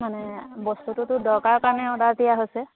মানে বস্তুটোতো দৰকাৰ কাৰণে অৰ্ডাৰ দিয়া হৈছে